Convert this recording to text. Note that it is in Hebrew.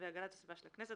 והגנת הסביבה של הכנסת,